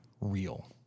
Real